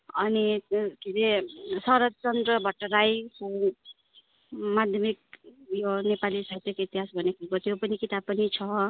अनि के हरे शरद चन्द्र भट्टाराई माध्यमिक यो नेपाली साहित्यको इतिहास भन्ने खाले त्यो पनि किताब पनि छ